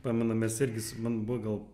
pamenu mes irgi su man buvo gal